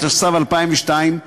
התשס"ב 2002,